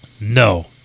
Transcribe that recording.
no